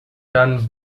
dann